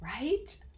right